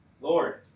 Lord